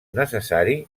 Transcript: necessari